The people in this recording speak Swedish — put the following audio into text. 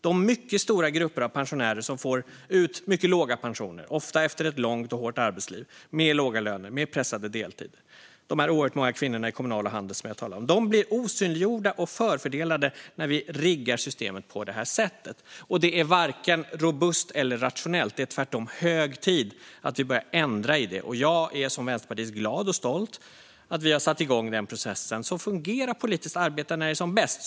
De mycket stora grupper av pensionärer som får ut mycket låga pensioner, ofta efter ett långt och hårt arbetsliv med låga löner och pressade deltider - de oerhört många kvinnorna i Kommunal och Handels som jag talar om - blir osynliggjorda och förfördelade när vi riggar systemet på det här sättet. Det är varken robust eller rationellt. Det är tvärtom hög tid att vi börjar ändra i det, och jag är som vänsterpartist glad och stolt att vi har satt igång den processen. Så fungerar politiskt arbete när det är som bäst.